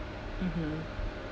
mmhmm